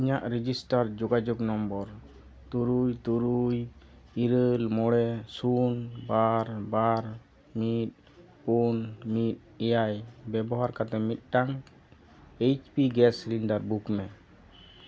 ᱤᱧᱟᱹᱜ ᱨᱮᱡᱤᱥᱴᱟᱨ ᱡᱳᱜᱟᱡᱳᱜᱽ ᱱᱟᱢᱵᱟᱨ ᱛᱩᱨᱩᱭ ᱛᱩᱨᱩᱭ ᱤᱨᱟᱹᱞ ᱢᱚᱬᱮ ᱥᱩᱱ ᱵᱟᱨ ᱵᱟᱨ ᱢᱤᱫ ᱯᱳᱱ ᱢᱤᱫ ᱮᱭᱟᱭ ᱵᱮᱵᱚᱦᱟᱨ ᱠᱟᱛᱮᱫ ᱢᱤᱫᱴᱟᱝ ᱮᱭᱤᱪ ᱯᱤ ᱜᱮᱥ ᱥᱤᱞᱤᱱᱰᱟᱨ ᱵᱩᱠᱢᱮ